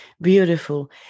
Beautiful